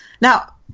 Now